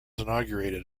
inaugurated